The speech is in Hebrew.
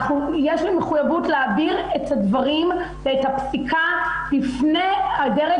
יש לנו מחויבות להעביר את הדברים ואת הפסיקה לפני הדרג